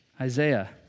Isaiah